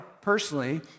personally